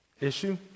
issue